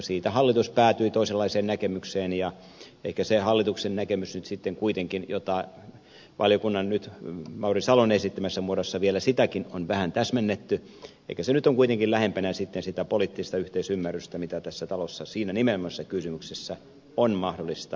siitä hallitus päätyi toisenlaiseen näkemykseen ja ehkä se hallituksen näkemys jota nyt mauri salon esittämässä muodossa on vielä vähän täsmennetty on kuitenkin lähempänä sitten sitä poliittista yhteisymmärrystä mitä tässä talossa siinä nimenomai sessa kysymyksessä on mahdollista aikaansaada